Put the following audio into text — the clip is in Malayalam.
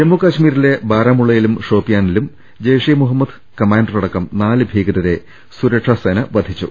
ജമ്മു കശ്മീരിലെ ബാരാമുള്ളയിലും ഷോപ്പിയാനിലും ജയ്ഷ് ഇ മുഹമ്മദ് കമാൻഡറടക്കം നാല് ഭീകരരെ സുര ക്ഷാസേന വധിച്ചു